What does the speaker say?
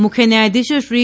મુખ્ય ન્યાયાધીશશ્રી ડ